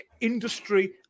industry